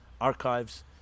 archives